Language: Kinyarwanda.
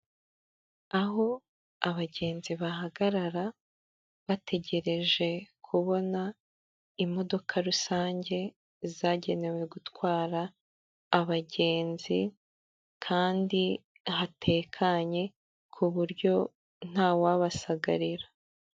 Aho abagenzi bahagarara, bategereje kubona imodoka rusange zagenewe gutwara abagenzi, kandi hatekanye ku buryo nta wabasagarira.